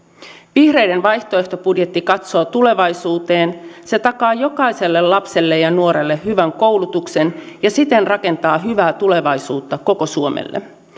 vihreiden vaihtoehtobudjetti katsoo tulevaisuuteen se takaa jokaiselle lapselle ja nuorelle hyvän koulutuksen ja siten rakentaa hyvää tulevaisuutta koko suomelle